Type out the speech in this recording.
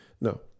No